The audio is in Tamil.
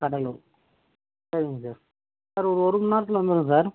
கடலூர் சரிங்க சார் சார் ஒரு ஒரு மணி நேரத்தில் வந்துரும் சார்